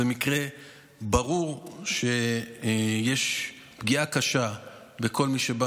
זה מקרה ברור שבו יש פגיעה קשה בכל מי שבא